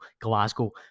Glasgow